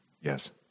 Yes